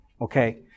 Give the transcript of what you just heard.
Okay